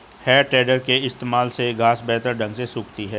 है टेडर के इस्तेमाल से घांस बेहतर ढंग से सूखती है